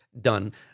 done